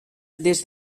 des